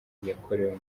iyakorewe